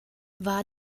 war